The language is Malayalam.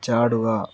ചാടുക